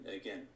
Again